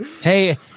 Hey